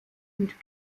und